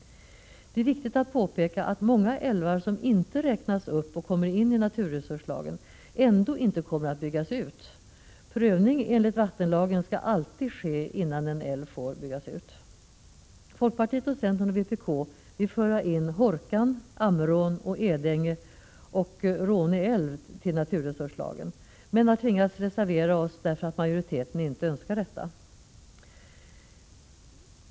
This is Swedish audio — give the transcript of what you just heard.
Det är viktigt att påpeka att många älvar som inte räknas upp och kommer in under naturresurslagen ändå inte kommer att byggas ut. Prövning enligt vattenlagen skall alltid ske innan en älv får byggas ut. Folkpartiet, centern och vpk vill föra in Hårkan, Ammerån och Edänge under naturresurslagen, men vi har tvingats reservera oss därför att majoriteten inte önskat detta.